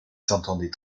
s’entendait